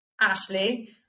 Ashley